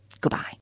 Goodbye